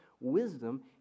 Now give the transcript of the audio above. wisdom